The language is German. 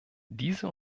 diese